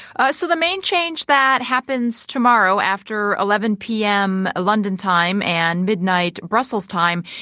ah so the main change that happens tomorrow after eleven p m. london time and midnight brussels time,